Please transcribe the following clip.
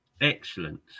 Excellent